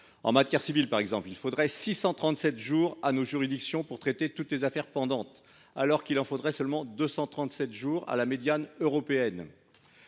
En matière civile, par exemple, il faudrait 637 jours à nos juridictions pour traiter toutes les affaires pendantes, alors qu’il en faudrait seulement 237 selon la médiane européenne.